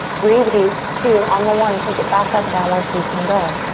breathe deep, two. on the one, take it back up, downward facing dog.